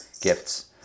gifts